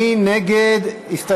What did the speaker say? מנחם אליעזר מוזס ישראל אייכלר ויעקב אשר.